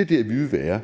er der, hvor vi vil være,